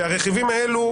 הרכיבים האלו,